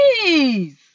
please